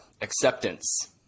acceptance